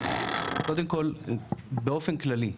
קודם כל באופן כללי,